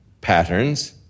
patterns